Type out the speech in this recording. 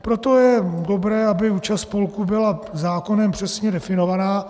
Proto je dobré, aby účast spolků byla zákonem přesně definována.